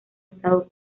estado